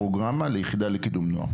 פרוגרמה של היחידה לקידום נוער.